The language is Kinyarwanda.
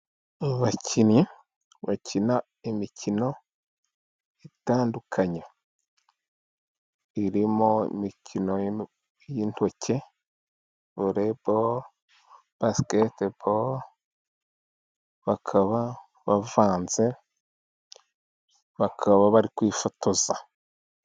Abakinnyi bakina imikino itandukanye irimo: imikino y'intoke, vore boro, basiketi boro, bakaba bavanze, bakaba bari kwifotoza.